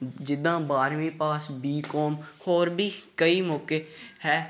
ਜਿੱਦਾਂ ਬਾਰਵੀਂ pass B com ਹੋਰ ਵੀ ਕਈ ਮੌਕੇ ਹੈ